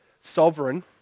sovereign